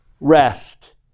rest